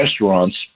restaurants